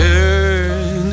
Turn